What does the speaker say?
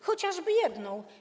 Chociażby jedną.